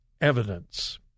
evidence